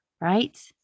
right